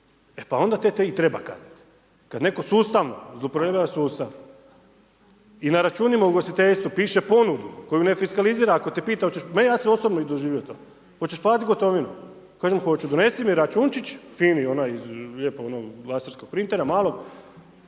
e pa onda njih i treba kazniti. Kada netko sustavno zloupotrebljava sustav i na računima u ugostiteljstvu, piše ponudu, koju ne fisklaizira, ako te pita, ma ja sam osobno i doživio to. Očeš platiti gotovinom? Kažem hoću. Donesi mi računčić fini onaj lijepo ono iz laserskog printera, malog,